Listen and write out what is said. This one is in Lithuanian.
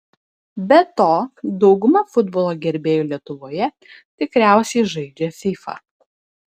be to dauguma futbolo gerbėjų lietuvoje tikriausiai žaidžia fifa